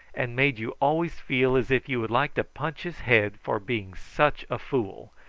and made you always feel as if you would like to punch his head for being such a fool,